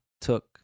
took